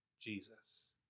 Jesus